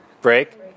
break